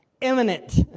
imminent